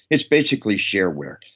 it's basically shareware.